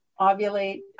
ovulate